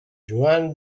joan